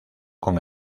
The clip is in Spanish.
con